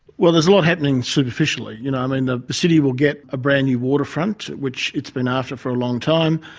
well there's a lot happening superficially. you know, i mean, the city will get a brand new waterfront, which it's been after for a long time,